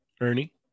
Ernie